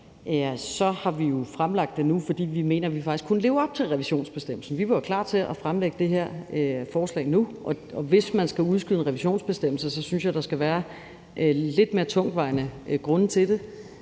jo har fremsat det nu, fordi vi mener, at vi faktisk kan leve op til revisionsbestemmelsen. Vi var klar til at fremsætte det her forslag nu, og hvis man skal udskyde en revisionsbestemmelse, synes jeg at der skal være lidt mere tungtvejende grunde til det,